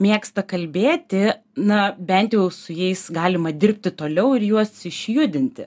mėgsta kalbėti na bent jau su jais galima dirbti toliau ir juos išjudinti